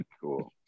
Cool